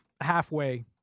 halfway